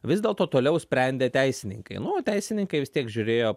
vis dėlto toliau sprendė teisininkai nu o teisininkai vis tiek žiūrėjo